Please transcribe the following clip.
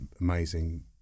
amazing